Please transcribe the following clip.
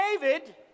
David